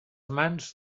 mans